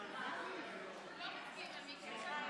הורוביץ, בבקשה,